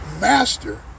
Master